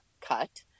cut